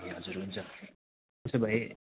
ए हजुर हुन्छ उसो भए